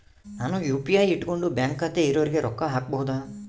ನಾನು ಯು.ಪಿ.ಐ ಇಟ್ಕೊಂಡು ಬ್ಯಾಂಕ್ ಖಾತೆ ಇರೊರಿಗೆ ರೊಕ್ಕ ಹಾಕಬಹುದಾ?